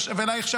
ואלייך,